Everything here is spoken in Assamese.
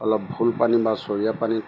অলপ ভুল পানী বা চৰিয়া পানী